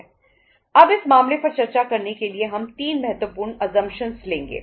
अब इस मामले पर चर्चा करने के लिए हम 3 महत्वपूर्ण असमप्शन्स लेंगे